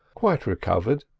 quite recovered,